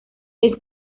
seis